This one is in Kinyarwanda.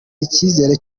icyizere